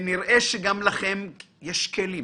נראה שלכם יש יותר כלים